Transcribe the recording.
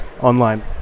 Online